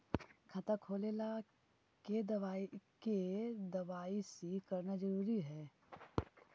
खाता खोले ला के दवाई सी करना जरूरी है?